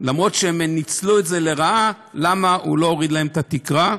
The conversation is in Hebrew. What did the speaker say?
אפילו שהם ניצלו את זה לרעה הוא לא הוריד להם את התקרה.